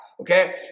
okay